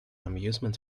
amusement